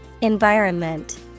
Environment